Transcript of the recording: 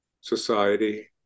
society